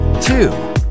two